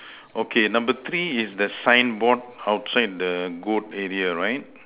okay number three is the signboard outside the goat area right